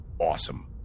awesome